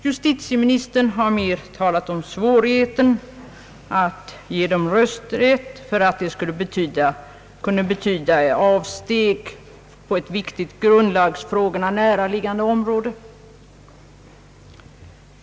Justitieministern har mer talat om svårigheten att ge dem rösträtt, eftersom en sådan rösträtt kunde betyda »avsteg på ett viktigt grundlagsfrågorna näraliggande område».